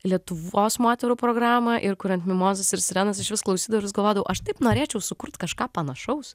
lietuvos moterų programą ir kuriant mimozos ir sirenos aš vis klausydavau ir vis galvodavau aš taip norėčiau sukurt kažką panašaus